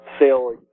sailing